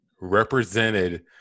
represented